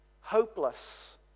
hopeless